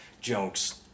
jokes